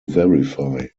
verify